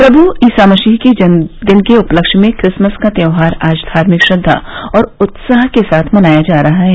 प्रमू ईसा मसीह के जन्मदिन के उपलक्ष्य में क्रिसमस का त्यौहार आज धार्मिक श्रद्वा और उत्साह के साथ मनाया जा रहा है